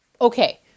Okay